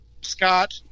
Scott